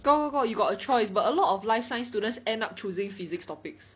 got got got you got a choice but a lot of life science students end up choosing physics topics